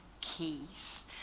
keys